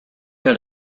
got